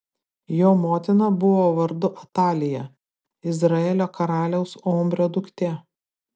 jo motina buvo vardu atalija izraelio karaliaus omrio duktė